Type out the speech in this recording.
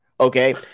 Okay